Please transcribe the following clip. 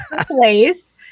place